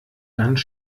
ganz